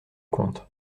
comte